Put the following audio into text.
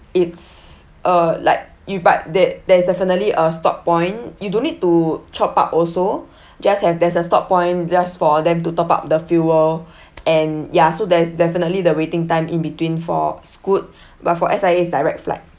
it's uh like you but there there is definitely a stop point you don't need to chop out also just have there's a stop point just for them to top up the fuel and ya so there's definitely the waiting time in between for scoot but for S_I_A is direct flight